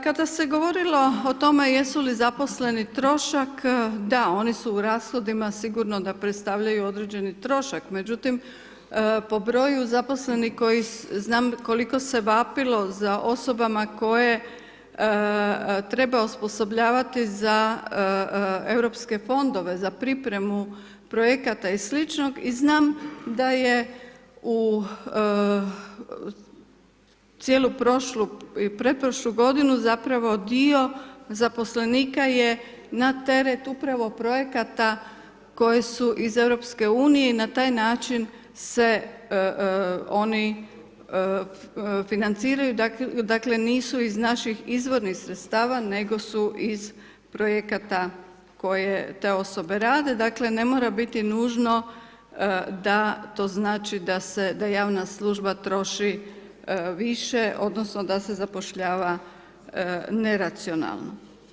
Kada se govorilo o tome jesu li zaposleni trošak, da oni su u rashodima sigurno da predstavljaju određeni trošak međutim po broju zaposlenih koji znam koliko se vapilo za osobama koje treba osposobljavati za Europske fondove za pripremu projekata i sl. i znam da je u cijelu prošlu i pretprošlu godinu zapravo dio zaposlenika je na teret upravo projekata koji su iz Europske unije i na taj način se oni financiraju dakle nisu iz naših izvornih sredstava nego su iz projekata koje te osobe rade, dakle ne mora biti nužno da to znači da se, da javna služba troši više odnosno da se zapošljava neracionalno.